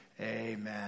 amen